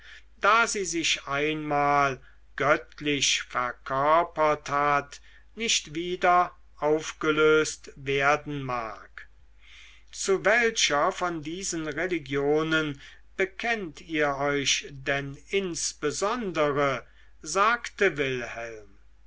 da sie sich einmal göttlich verkörpert hat nicht wieder aufgelöst werden mag zu welcher von diesen religionen bekennt ihr euch denn insbesondere sagte wilhelm